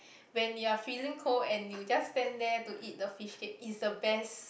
when you're freezing cold and you just stand there to eat the fishcakes it's the best